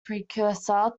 precursor